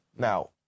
Now